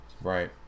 Right